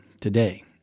today